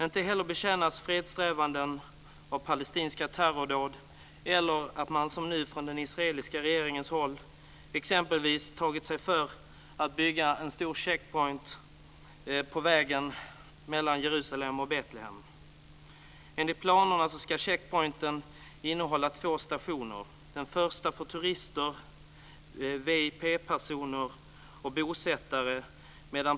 Inte heller betjänas fredssträvanden av palestinska terrordåd eller av att man som nu från den israeliska regeringens håll tagit sig för att bygga en stor checkpoint på vägen mellan Jerusalem och Betlehem. Enligt planerna ska denna checkpoint innehålla två stationer - den första för turister, VIP:are och bosättare.